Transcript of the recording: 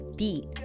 beat